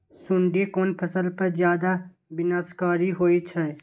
सुंडी कोन फसल पर ज्यादा विनाशकारी होई छै?